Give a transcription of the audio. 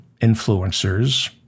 influencers